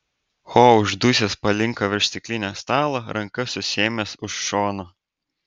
ho uždusęs palinko virš stiklinio stalo ranka susiėmęs už šono